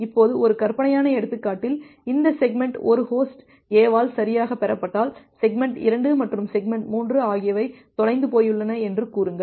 இப்போது ஒரு கற்பனையான எடுத்துக்காட்டில் இந்த செக்மெண்ட் 1 ஹோஸ்ட் A ஆல் சரியாகப் பெறப்பட்டால் செக்மெண்ட் 2 மற்றும் செக்மெண்ட் 3 ஆகியவை தொலைந்து போயுள்ளன என்று கூறுங்கள்